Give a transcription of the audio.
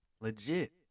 Legit